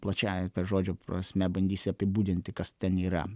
plačiąja ta žodžio prasme bandysiu apibūdinti kas ten yra